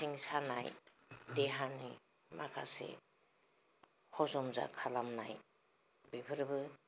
सिं सानाय देहानि माखासे हिजम खालामनाय बेफोरबो